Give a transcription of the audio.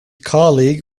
colleague